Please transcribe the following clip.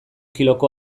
kiloko